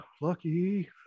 lucky